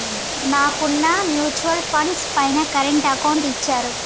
నాకున్న mutual funds పైన current account ఇచ్చారు